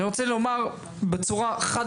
אני רוצה לומר למשרדי הממשלה בצורה חד